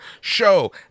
show